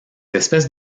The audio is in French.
espèces